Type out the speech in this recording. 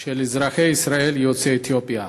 הפגנה של אזרחי ישראל יוצאי אתיופיה.